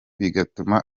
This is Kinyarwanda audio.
bigatuma